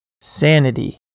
Sanity